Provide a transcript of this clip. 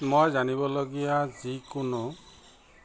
মই জানিবলগীয়া যিকোনো